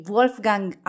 Wolfgang